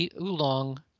oolong